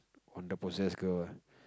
on the possessed girl ah